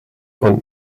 und